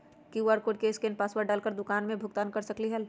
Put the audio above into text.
QR code scan password डाल कर दुकान में भुगतान कर सकलीहल?